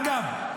אגב,